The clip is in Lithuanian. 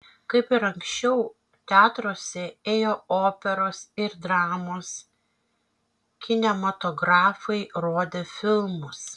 kaip ir anksčiau teatruose ėjo operos ir dramos kinematografai rodė filmus